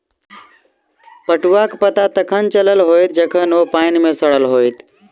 पटुआक पता तखन चलल होयत जखन ओ पानि मे सड़ल होयत